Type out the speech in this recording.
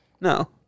No